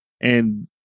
and-